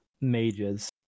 mages